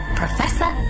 professor